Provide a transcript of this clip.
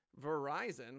Verizon